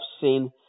seen